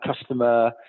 customer